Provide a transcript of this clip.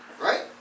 Right